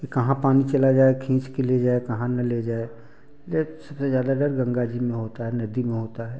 कि कहाँ पानी चला जाए खींच कर ले जाए कहाँ न ले जाए अरे सबसे ज़्यादा डर गंगा जी में होता है नदी में होता है